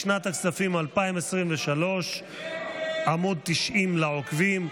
לשנת הכספים 2023, עמ' 90, לעוקבים.